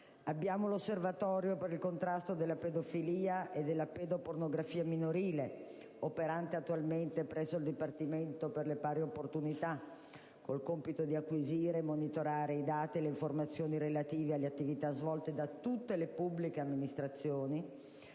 poi l'Osservatorio per il contrasto della pedofilia e della pedopornografia minorile, attualmente operante presso il Dipartimento per le pari opportunità, con il compito di acquisire e monitorare i dati e le informazioni relative alle attività svolte da tutte le pubbliche amministrazioni